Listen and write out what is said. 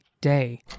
day